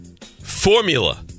Formula